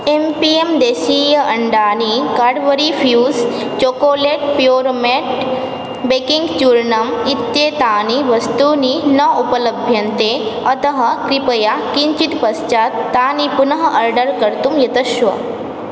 M P M देशीय अण्डानि Cadbury Fuse chocolate Puremate baking चूर्णम् इत्येतानि वस्तूनि न उपलभ्यन्ते अतः कृपया किञ्चित् पश्चात् तानि पुनः आर्डर् कर्तुं यतस्व